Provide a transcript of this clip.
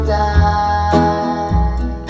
die